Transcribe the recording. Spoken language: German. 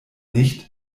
nicht